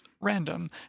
random